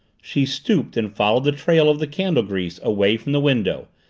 she stooped and followed the trail of the candle grease away from the window,